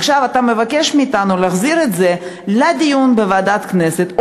עכשיו אתה מבקש מאתנו להחזיר את זה לדיון בוועדת הכנסת,